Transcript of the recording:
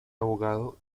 abogado